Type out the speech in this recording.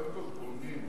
קודם כול בונים: